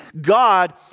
God